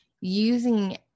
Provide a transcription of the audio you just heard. using